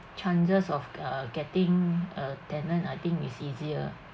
chances of uh getting a tenant I think it's easier